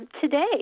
today